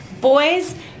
boys